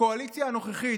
הקואליציה הנוכחית,